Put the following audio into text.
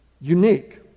unique